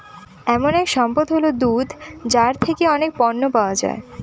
এমন এক সম্পদ হল দুধ যার থেকে অনেক পণ্য পাওয়া যায়